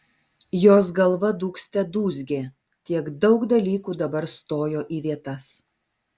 jos galva dūgzte dūzgė tiek daug dalykų dabar stojo į vietas